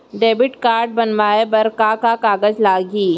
Debit card बनवाये बर का का कागज लागही?